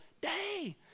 day